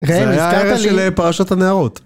זה היה הערב של פרשת הנערות.